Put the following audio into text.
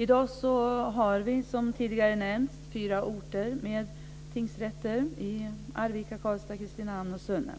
I dag har vi som tidigare nämnts fyra orter med tingsrätter, Arvika, Karlstad, Kristinehamn och Sunne.